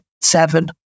seven